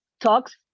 talks